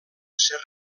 ser